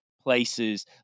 places